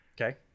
Okay